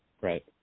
Right